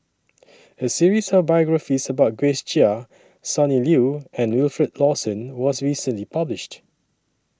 A series of biographies about Grace Chia Sonny Liew and Wilfed Lawson was recently published